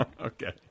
Okay